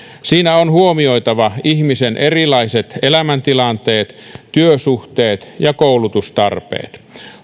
siinä on huomioitava ihmisen erilaiset elämäntilanteet työsuhteet ja koulutustarpeet